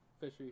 fishy